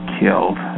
killed